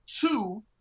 two